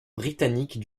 britanniques